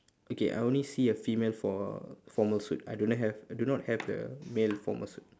okay I only see a female for~ formal suit I do not have I do not have the male formal suit